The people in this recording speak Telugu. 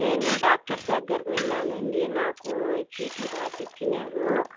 నేను డాక్టర్ దగ్గరకి వెళ్లాను అండి నాకు చీటీ రాసి ఇచ్చినారు